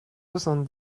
soixante